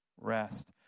rest